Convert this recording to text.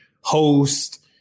host